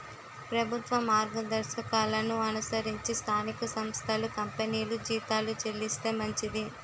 ప్రభుత్వ మార్గదర్శకాలను అనుసరించి స్థానిక సంస్థలు కంపెనీలు జీతాలు చెల్లిస్తే మంచిది